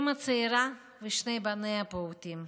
אימא צעירה ושני בניה הפעוטים.